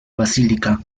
basílica